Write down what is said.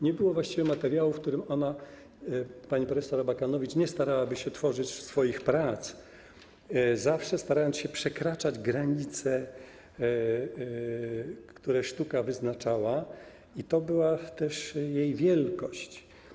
Nie było właściwie materiału, w którym ona, pani prof. Abakanowicz nie starałby się tworzyć swoich prac, zawsze starając się przekraczać granice, które sztuka wyznaczała, i to była też jej wielkość.